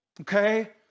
okay